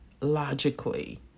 logically